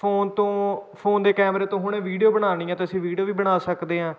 phone ਤੋਂ phone ਦੇ ਕੈਮਰੇ ਤੋਂ ਹੁਣੇ ਵੀਡੀਓ ਬਣਾਉਣੀ ਹੈ ਅਤੇ ਅਸੀਂ ਵੀਡੀਓ ਵੀ ਬਣਾ ਸਕਦੇ ਹਾਂ